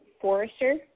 forester